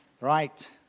Right